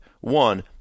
One